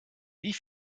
wie